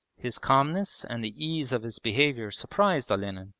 his calmness and the ease of his behaviour surprised olenin,